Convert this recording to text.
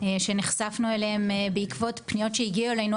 שנחשפנו אליהם בעקבות פניות שהגיעו אלינו,